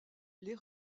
les